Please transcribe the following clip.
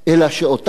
אלא שאותם